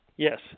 Yes